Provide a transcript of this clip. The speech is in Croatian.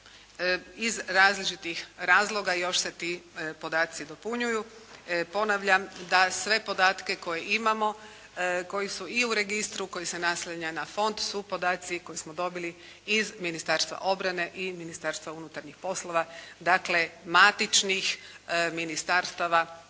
Iz različitih razloga još se ti podaci dopunjuju. Ponavljam da sve podatke koje imamo, koji su i u registru, koji se naslanja na fond su podaci koje smo dobili iz Ministarstva obrane i Ministarstva unutarnjih poslova, dakle matičnih ministarstava